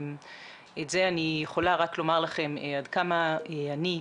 את זה אני יכולה רק לומר לכם עד כמה אני,